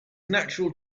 natural